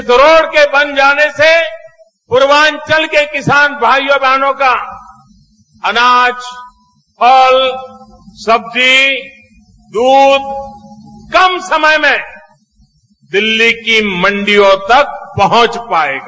इस रोड के बन जाने से पूर्वाचल के किसान भाइयों बहनों का अनाज फल सब्जी दूध कम समय में दिल्ली की मंडियों तक पहुंच पायेगा